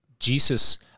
Jesus